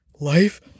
life